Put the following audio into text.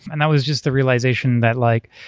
and that was just the realization that like,